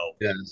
Yes